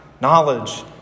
knowledge